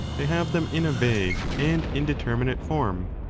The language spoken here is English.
they have them in a vague and indeter. minate form?